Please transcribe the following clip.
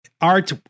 art